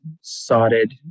sodded